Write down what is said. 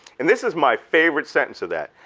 and this is my favorite sentence of that.